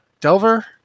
Delver